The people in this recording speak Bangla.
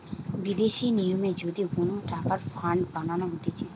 বিদেশি নিয়মে যদি কোন টাকার ফান্ড বানানো হতিছে